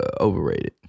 overrated